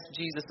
Jesus